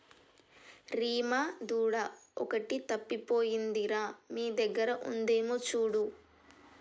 రీమా దూడ ఒకటి తప్పిపోయింది రా మీ దగ్గర ఉందేమో చూడు